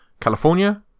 California